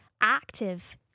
active